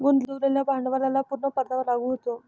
गुंतवलेल्या भांडवलाला पूर्ण परतावा लागू होतो